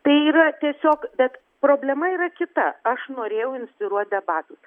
tai yra tiesiog bet problema yra kita aš norėjau inspiruot debatus